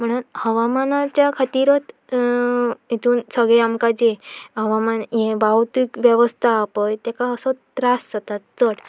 म्हणून हवामानाच्या खातीरूच हेतून सगळें आमकां जे हवामान हें वावतवीक वेवस्था आसा पळय ताका असो त्रास जाता चड